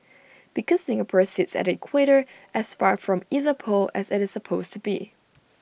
because Singapore sits at the equator as far from either pole as IT is possible to be